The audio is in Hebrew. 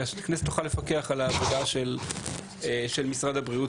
שהכנסת תוכל לפקח על העבודה של משרד הבריאות